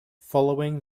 following